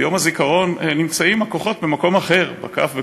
ביום הזיכרון נמצאים הכוחות במקום אחר, בקו בקושי.